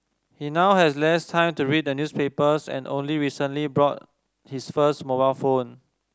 he now has less time to read newspapers and only recently bought his first mobile phone